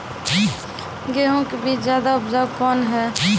गेहूँ के बीज ज्यादा उपजाऊ कौन है?